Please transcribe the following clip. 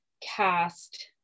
cast